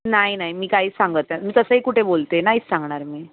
नाही नाही मी काहीच सांगत मी तसंही कुठे बोलते नाहीच सांगणार मी